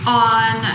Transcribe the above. on